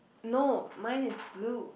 no mine is blue